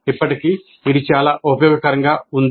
ఇప్పటికీ ఇది చాలా ఉపయోగకరంగా ఉంది